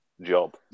job